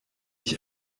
ich